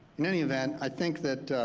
in any event, i think that